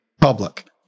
public